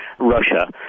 Russia